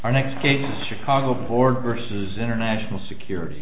our next case is chicago board versus international security